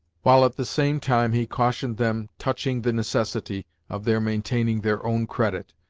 while at the same time he cautioned them touching the necessity of their maintaining their own credit,